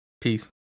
Peace